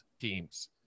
teams